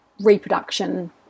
reproduction